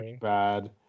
bad